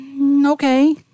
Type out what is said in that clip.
Okay